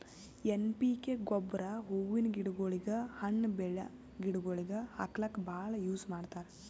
N P K ಗೊಬ್ಬರ್ ಹೂವಿನ್ ಗಿಡಗೋಳಿಗ್, ಹಣ್ಣ್ ಬೆಳ್ಯಾ ಗಿಡಗೋಳಿಗ್ ಹಾಕ್ಲಕ್ಕ್ ಭಾಳ್ ಯೂಸ್ ಮಾಡ್ತರ್